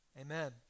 Amen